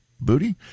booty